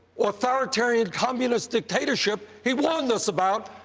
authoritarian, communist dictatorship he warned us about,